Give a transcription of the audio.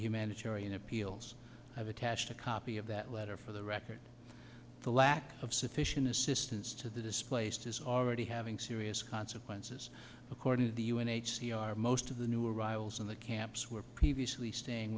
humanitarian appeals have attached a copy of that letter for the record the lack of sufficient assistance to the displaced is already having serious consequences according to the u n h c r most of the new arrivals in the camps were previously staying